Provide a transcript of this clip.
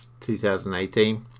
2018